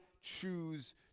choose